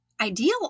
Ideal